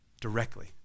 directly